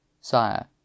Sire